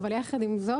אבל יחד עם זאת,